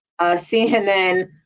CNN